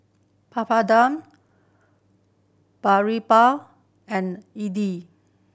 Papadum Boribap and